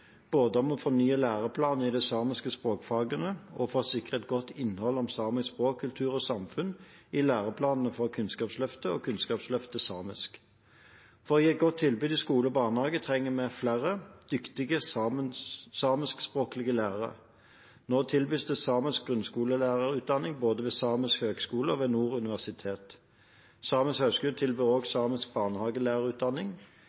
både om å fornye læreplanene i de samiske språkfagene og for å sikre et godt innhold om samisk språk, kultur og samfunn i læreplanene for Kunnskapsløftet og Kunnskapsløftet samisk. For å gi et godt tilbud i skole og barnehage trenger vi flere, dyktige samiskspråklige lærere. Nå tilbys det samisk grunnskolelærerutdanning ved både Samisk høgskole og Nord universitet. Samisk høgskole tilbyr